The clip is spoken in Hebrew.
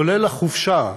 כולל החופשה,